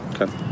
Okay